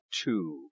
two